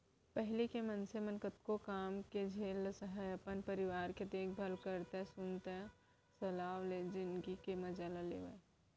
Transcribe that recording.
पहिली के मनसे मन कतको काम के झेल ल सहयँ, अपन परिवार के देखभाल करतए सुनता सलाव ले जिनगी के मजा लेवयँ